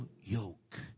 yoke